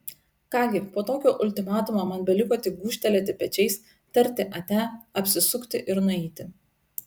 ką gi po tokio ultimatumo man beliko tik gūžtelėti pečiais tarti ate apsisukti ir nueiti